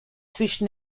zwischen